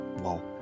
Wow